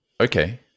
okay